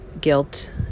guilt